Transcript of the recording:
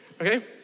okay